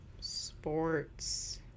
Sports